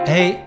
Hey